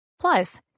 Plus